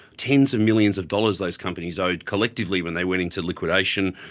tens of millions of dollars those companies owed collectively when they went into liquidation.